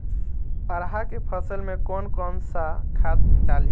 अरहा के फसल में कौन कौनसा खाद डाली?